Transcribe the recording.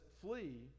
flee